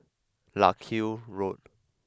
Larkhill Road